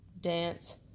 dance